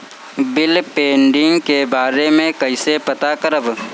Bill pending के बारे में कईसे पता करब?